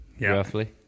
roughly